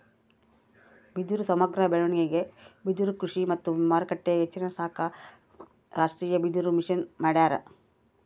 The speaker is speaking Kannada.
ಬಿದಿರು ಸಮಗ್ರ ಬೆಳವಣಿಗೆಗೆ ಬಿದಿರುಕೃಷಿ ಮತ್ತು ಮಾರುಕಟ್ಟೆ ಹೆಚ್ಚಿಸಾಕ ರಾಷ್ಟೀಯಬಿದಿರುಮಿಷನ್ ಮಾಡ್ಯಾರ